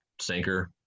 sinker